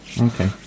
Okay